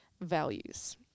values